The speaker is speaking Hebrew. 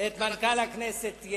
את מנכ"ל הכנסת,